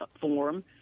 form